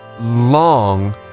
long